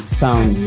sound